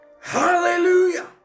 Hallelujah